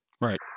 Right